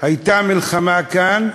הייתה מלחמה כאן,